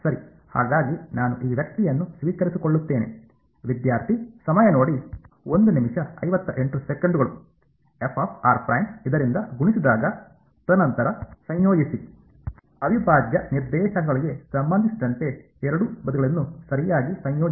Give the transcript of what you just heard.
ಸರಿ ಹಾಗಾಗಿ ನಾನು ಈ ವ್ಯಕ್ತಿಯನ್ನು ಸ್ವೀಕರಿಸಿಕೊಳ್ಳುತ್ತೇನೆ ಇದರಿಂದ ಗುಣಿಸಿದಾಗ ತದನಂತರ ಸಂಯೋಜಿಸಿ ಅವಿಭಾಜ್ಯ ನಿರ್ದೇಶಾಂಕಗಳಿಗೆ ಸಂಬಂಧಿಸಿದಂತೆ ಎರಡೂ ಬದಿಗಳನ್ನು ಸರಿಯಾಗಿ ಸಂಯೋಜಿಸಿ